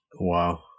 Wow